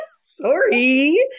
sorry